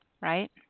Right